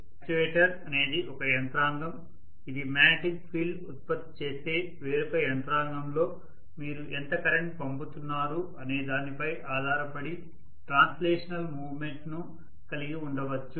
actuator అనేది ఒక యంత్రాంగం ఇది మ్యాగ్నెటిక్ ఫీల్డ్ ఉత్పత్తి చేసే వేరొక యంత్రాంగంలో మీరు ఎంత కరెంట్ పంపుతున్నారు అనే దానిపై ఆధారపడి ట్రాన్స్లేషనల్ మూమెంట్ ను కలిగి ఉండవచ్చు